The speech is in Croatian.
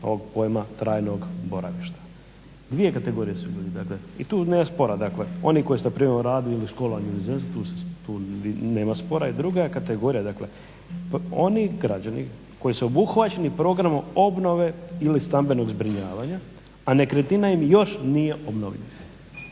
ovog pojma trajnog boravišta. Dvije kategorije su i tu nema spora. Oni koji su na privremenom radu ili školi u inozemstvu nema spora. I druga kategorija oni građani koji su obuhvaćeni programom obnove ili stambenog zbrinjavanja a nekretnina im još nije obnovljena